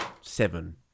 seven